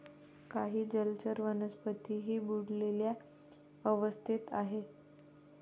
काही जलचर वनस्पतीही बुडलेल्या अवस्थेत आहेत